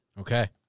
Okay